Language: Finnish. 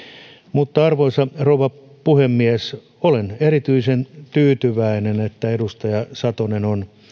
mutta arvoisa rouva puhemies olen erityisen tyytyväinen että edustaja satonen on